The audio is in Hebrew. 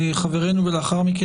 בבקשה.